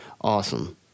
awesome